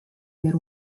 per